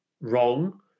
wrong